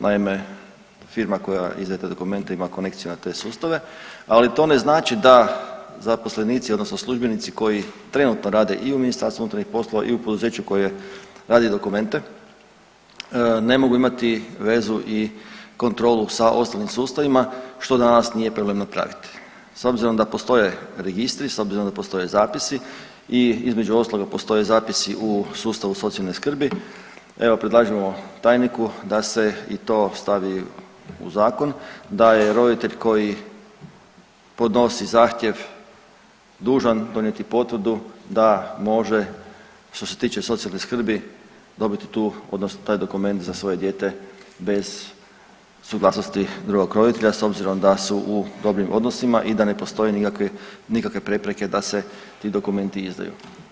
Naime, firma koja izdaje te dokumente ima konekciju na te sustave, ali to ne znači da zaposlenici odnosno službenici koji trenutno rade i u MUP-u i u poduzeću koje radi dokumente ne mogu imati vezu i kontrolu sa ostalim sustavima što danas nije problem napraviti s obzirom da postoje registri, s obzirom da postoje zapisi i između ostaloga postoje zapisi u sustavu socijalne skrbi evo predlažemo tajniku da se i to stavi u zakon, da je roditelj koji podnosi zahtjev dužan donijeti potvrdu da može što se tiče socijalne skrbi dobiti tu, odnosno taj dokument za svoje dijete bez suglasnosti drugog roditelja s obzirom da su u dobrim odnosima i da ne postoje nikakve prepreke da se ti dokumenti izdaju.